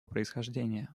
происхождения